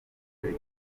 turi